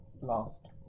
last